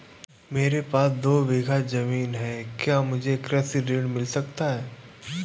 मेरे पास दो बीघा ज़मीन है क्या मुझे कृषि ऋण मिल सकता है?